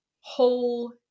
whole